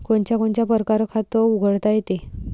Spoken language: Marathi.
कोनच्या कोनच्या परकारं खात उघडता येते?